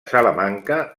salamanca